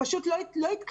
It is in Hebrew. פשוט לא התקיימו.